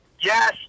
yes